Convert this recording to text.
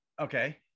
Okay